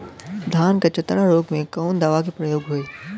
धान के चतरा रोग में कवन दवा के प्रयोग होई?